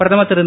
பிரதமர் திரு